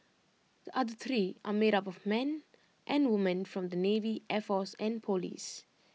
the other three are made up of men and women from the navy air force and Police